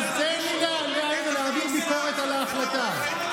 תן לי להעביר ביקורת על ההחלטה.